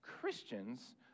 Christians